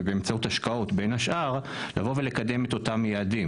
ובאמצעות השקעות בין השאר לבוא ולקדם את אותם יעדים.